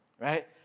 right